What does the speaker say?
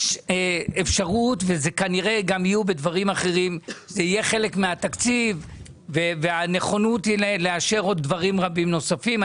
יש אפשרות שזה יהיה חלק מהתקציב ונכונות לאשר דברים רבים נוספים.